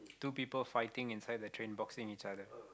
two people fighting inside the train boxing each other